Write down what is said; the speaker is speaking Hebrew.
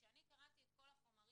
כשאני קראתי את כל החומרים,